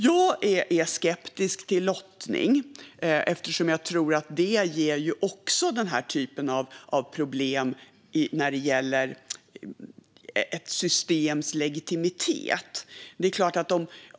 Jag är skeptisk till lottning eftersom jag tror att också det ger den här typen av problem när det gäller ett systems legitimitet.